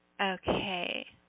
Okay